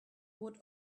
would